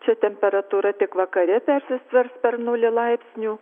čia temperatūra tik vakare persisvers per nulį laipsnių